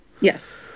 Yes